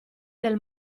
del